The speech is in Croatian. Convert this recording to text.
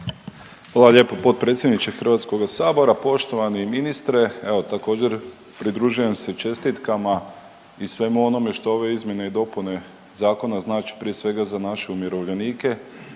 Hvala lijepo potpredsjedniče HS-a. Poštovani ministre. Evo također pridružujem se čestitkama i svemu onome što ove izmjene i dopune zakona znači prije svega za naše umirovljenike